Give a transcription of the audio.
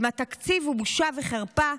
אם התקציב הוא בושה וחרפה,